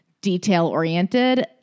detail-oriented